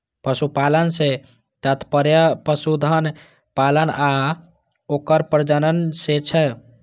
पशुपालन सं तात्पर्य पशुधन पालन आ ओकर प्रजनन सं छै